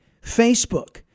Facebook